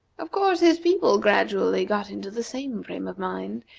of course, his people gradually got into the same frame of mind,